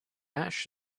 ash